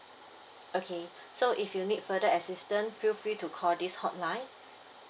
okay so if you need further assistance feel free to call this hotline